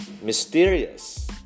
mysterious